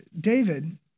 David